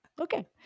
okay